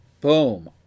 Boom